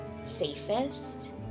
safest